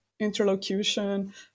interlocution